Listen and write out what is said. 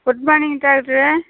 good morning doctor